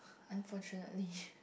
unfortunately